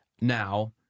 Now